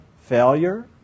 failure